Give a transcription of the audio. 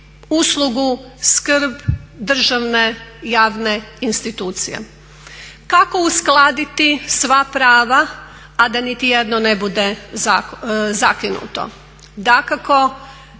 uslugu, skrb državne javne institucije. Kako uskladiti sva prava, a da nitijedno ne bude zakinuto? Dakako